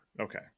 okay